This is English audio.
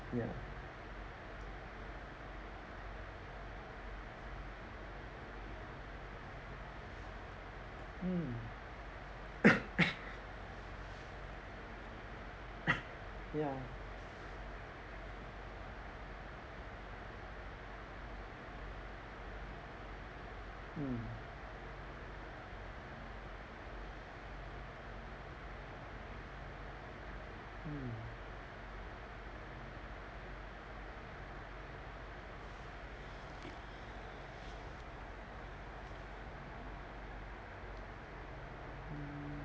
ya mm ya mm mm mm